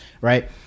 right